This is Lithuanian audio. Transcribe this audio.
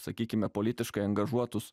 sakykime politiškai angažuotus